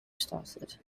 started